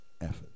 effort